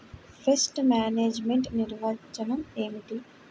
Pest management నిర్వచనం ఏమిటి?